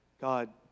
God